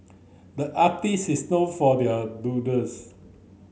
the artists is known for there doodles